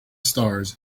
stars